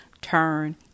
turn